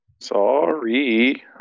Sorry